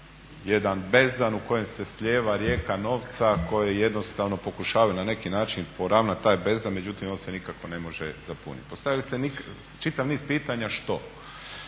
jedan bezdan u kojem se slijeva rijeka novca kojom jednostavno pokušavaju na neki način poravnati taj bezdan međutim on se nikako ne može …/Govornik se ne razumije./… Postavili ste čitav niz pitanja što.